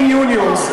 14. fourteen unions.